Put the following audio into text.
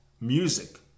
music